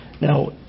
Now